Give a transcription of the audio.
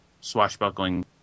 swashbuckling